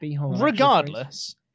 Regardless